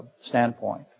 standpoint